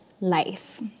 life